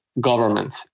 government